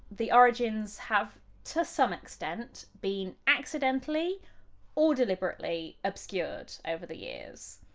the origins have to some extent been accidentally or deliberately obscured over the years.